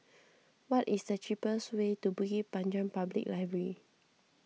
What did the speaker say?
what is the cheapest way to Bukit Panjang Public Library